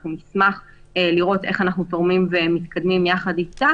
אנחנו נשמח לראות איך אנחנו תורמים ומתקדמים יחד איתה,